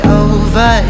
over